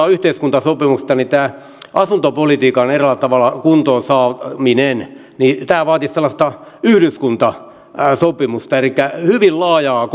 yhteiskuntasopimuksesta niin tämä asuntopolitiikan eräällä tavalla kuntoonsaaminen vaatisi sellaista yhdyskuntasopimusta elikkä hyvin laajaa